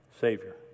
Savior